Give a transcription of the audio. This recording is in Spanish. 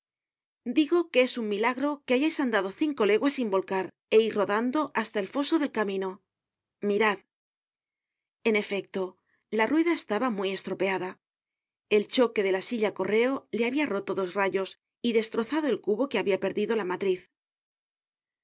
digo que es un milagro que hayais andado cinco leguas sin volcar é ir rodando hasta el foso del camino mirad en efecto la rueda estaba muy estropeada el choque de la silla correo la habia roto dos rayos y destrozado el cubo que habia perdido la matriz